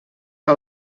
que